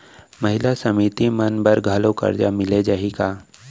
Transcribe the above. महिला समिति मन बर घलो करजा मिले जाही का?